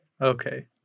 okay